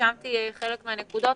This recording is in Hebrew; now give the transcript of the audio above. רשמתי חלק מהנקודות,